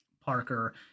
Parker